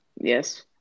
Yes